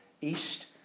east